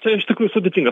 čia iš tikrųjų sudėtinga